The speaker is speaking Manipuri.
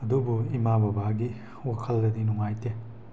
ꯑꯗꯨꯕꯨ ꯏꯃꯥ ꯕꯕꯥꯒꯤ ꯋꯥꯈꯜꯗꯗꯤ ꯅꯨꯡꯉꯥꯏꯇꯦ